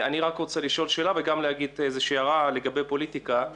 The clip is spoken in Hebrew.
אני רק רוצה לשאול וגם להעיר איזושהי הערה לגבי פוליטיקה.